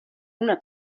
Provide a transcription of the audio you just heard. una